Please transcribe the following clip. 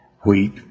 wheat